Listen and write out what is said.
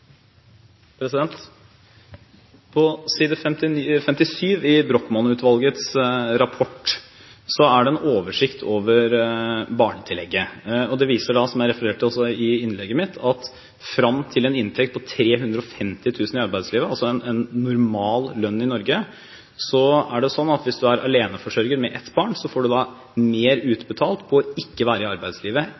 det en oversikt over barnetillegget. Den viser, som jeg også refererte til i innlegget mitt, at opp til en inntekt på 350 000 kr i arbeidslivet, altså en normal lønn i Norge, er det sånn at hvis du er aleneforsørger med ett barn, får du mer utbetalt ved ikke å være i arbeidslivet enn ved å være i arbeidslivet.